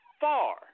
far